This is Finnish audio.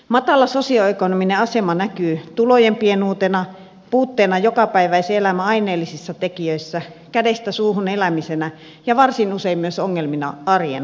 matala sosioekonominen asema näkyy tulojen pienuutena puutteena jokapäiväisen elämän aineellisissa tekijöissä kädestä suuhun elämisenä ja varsin usein myös ongelmina arjen hallinnassa